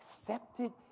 accepted